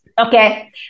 Okay